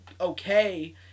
okay